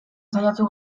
saiatu